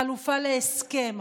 חלופה בהסכם,